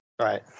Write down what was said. right